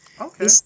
Okay